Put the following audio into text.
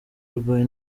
arwaye